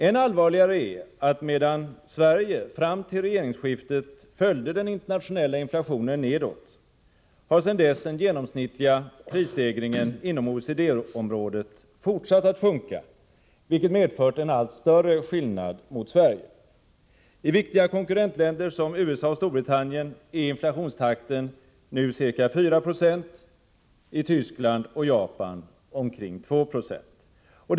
Än allvarligare är att medan Sverige fram till regeringsskiftet följde den internationella inflationen nedåt har sedan dess den genomsnittliga prisstegringen inom OECD-området fortsatt att sjunka, vilket medfört en allt större skillnad jämfört med Sverige. I viktiga konkurrentländer som USA och Storbritannien är inflationstakten nu ca 496, i Tyskland och Japan omkring 296.